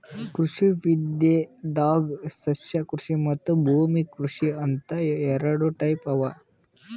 ಕೃಷಿ ವಿದ್ಯೆದಾಗ್ ಸಸ್ಯಕೃಷಿ ಮತ್ತ್ ಭೂಮಿ ಕೃಷಿ ಅಂತ್ ಎರಡ ಟೈಪ್ ಅವಾ